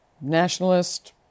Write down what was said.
nationalist